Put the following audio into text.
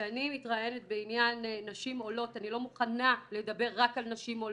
כשאני מתראיינת בעניין נשים עולות אני לא מוכנה לדבר רק על נשים עולות.